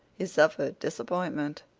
he suffered disappointment.